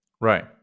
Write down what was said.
Right